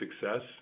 success